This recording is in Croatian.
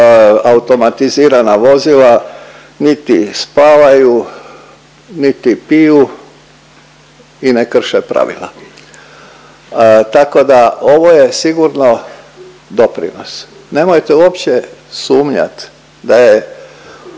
automatizirana vozila niti spavaju, niti piju i ne krše pravila. Tako da ovo je sigurno doprinos. Nemojte uopće sumnjat da je